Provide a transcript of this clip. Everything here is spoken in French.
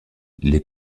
les